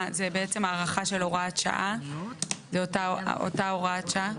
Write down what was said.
מדובר בהארכה של אותה הוראת שעה?